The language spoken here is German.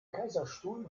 kaiserstuhl